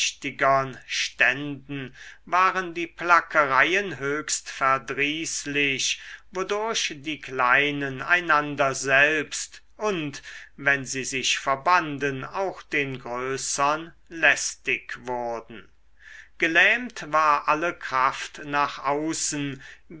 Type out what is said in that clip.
ständen waren die plackereien höchst verdrießlich wodurch die kleinen einander selbst und wenn sie sich verbanden auch den größern lästig wurden gelähmt war alle kraft nach außen